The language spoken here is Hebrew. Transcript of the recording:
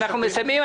אנחנו מסיימים.